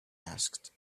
asked